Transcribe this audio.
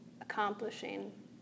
accomplishing